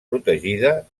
protegida